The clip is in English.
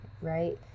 right